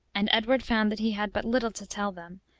and edward found that he had but little to tell them,